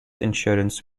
insurance